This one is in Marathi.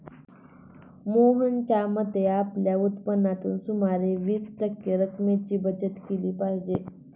मोहनच्या मते, आपल्या उत्पन्नातून सुमारे वीस टक्के रक्कमेची बचत केली पाहिजे